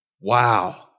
Wow